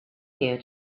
here